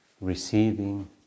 receiving